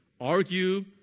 argue